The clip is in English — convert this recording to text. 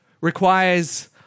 requires